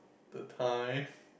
the time